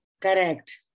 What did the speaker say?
correct